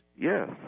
yes